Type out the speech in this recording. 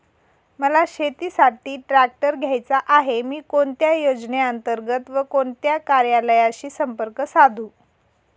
मला शेतीसाठी ट्रॅक्टर घ्यायचा आहे, मी कोणत्या योजने अंतर्गत व कोणत्या कार्यालयाशी संपर्क साधू?